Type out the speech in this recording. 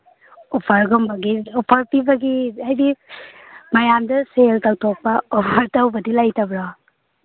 ꯑꯣꯐꯔꯒꯨꯝꯕꯒꯤ offer ꯄꯤꯕꯒꯤ ꯍꯥꯏꯗꯤ ꯃꯌꯥꯝꯗ ꯁꯦꯜ ꯇꯧꯊꯣꯛꯄ ꯑꯣꯐꯔ ꯇꯧꯕꯗꯤ ꯂꯩꯇꯕ꯭ꯔꯣ